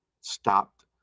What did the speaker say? stopped